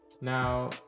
Now